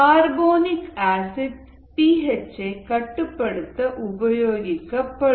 carbonic acid P H கட்டுப்படுத்த உபயோகப்படும்